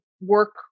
work